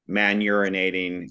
man-urinating